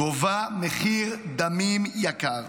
גובה מחיר דמים יקר.